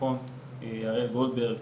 הראל גולדברג,